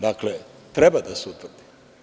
Dakle, treba da se utvrdi.